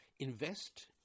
Invest